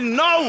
no